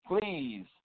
Please